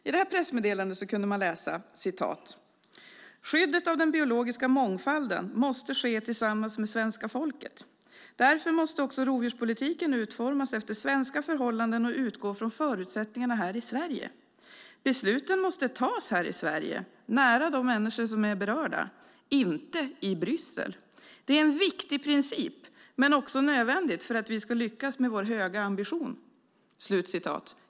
I detta pressmeddelande kunde man läsa följande: "Skyddet av den biologiska mångfalden måste ske tillsammans med svenska folket. Därför måste också rovdjurspolitiken utformas efter svenska förhållanden och utgå från förutsättningarna här i Sverige. Besluten måste tas här i Sverige - nära de människor som är berörda - inte i Bryssel. Det är en viktig princip, men också nödvändigt för att vi ska lyckas med vår höga ambition."